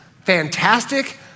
fantastic